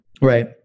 right